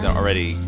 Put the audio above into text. already